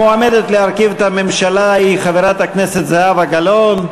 המועמדת להרכיב את הממשלה היא חברת הכנסת זהבה גלאון.